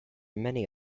many